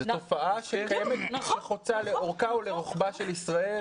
זו תופעה שקיימת והיא חוצה לאורכה ולרוחבה של ישראל.